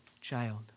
child